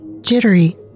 Jittery